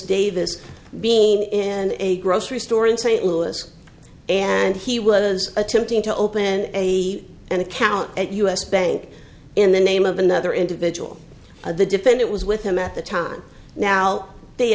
day this being in a grocery store in st louis and he was attempting to open an account at us bank in the name of another individual the defendant was with him at the time now they